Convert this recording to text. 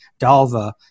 Dalva